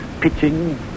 pitching